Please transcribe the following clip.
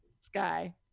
Sky